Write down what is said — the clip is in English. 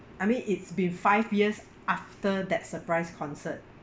I mean it's been five years after that surprise concert